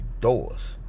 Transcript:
doors